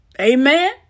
Amen